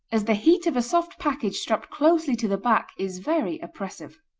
as the heat of a soft package strapped closely to the back is very oppressive.